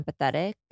empathetic